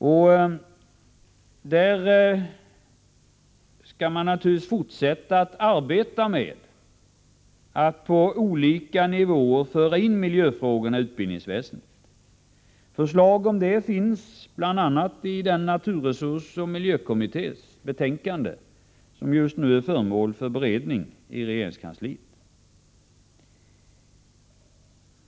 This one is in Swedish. Man skall naturligtvis fortsätta med att på olika nivåer föra in miljöfrågorna i utbildningsväsendet. Förslag därom finns bl.a. i betänkandet från naturresursoch miljökommittén, som just nu är föremål för beredning i regeringskansliet.